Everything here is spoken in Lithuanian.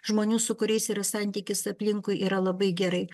žmonių su kuriais yra santykis aplinkui yra labai gerai